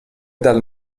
dal